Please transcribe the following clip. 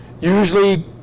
usually